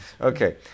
Okay